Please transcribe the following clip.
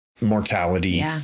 mortality